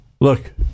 look